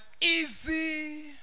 easy